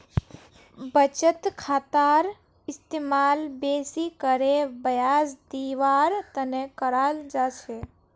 बचत खातार इस्तेमाल बेसि करे ब्याज दीवार तने कराल जा छे